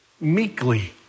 meekly